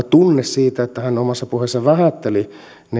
tunne siitä että hän omassa puheessaan vähätteli